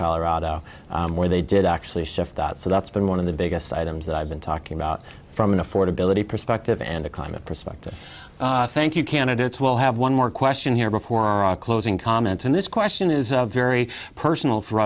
colorado where they did actually shift so that's been one of the biggest items that i've been talking about from an affordability perspective and a climate perspective thank you candidates will have one more question here before our closing comments and this question is very personal for